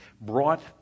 brought